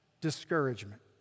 discouragement